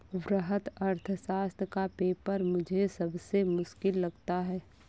वृहत अर्थशास्त्र का पेपर मुझे सबसे मुश्किल लगता है